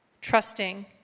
trusting